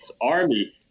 army